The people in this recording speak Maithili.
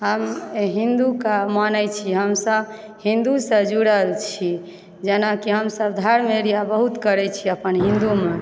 आब हिंदूके मानय छी हमसभ हिंदूसँ जुड़ल छी जेनाकि हमसभ धर्म आओर बहुत करैत छी अपन हिन्दूमे